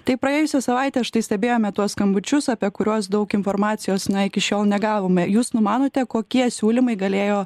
tai praėjusią savaitę štai stebėjome tuos skambučius apie kuriuos daug informacijos iki šiol negavome jūs numanote kokie siūlymai galėjo